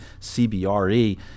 CBRE